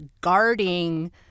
guarding